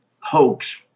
hoax